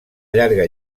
llarga